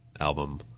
album